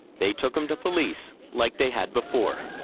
they took him to police, like they had before.